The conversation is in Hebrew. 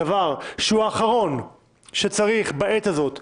דבר שהוא האחרון שצריך בעת הזאת,